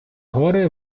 горе